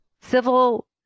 civil